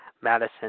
Madison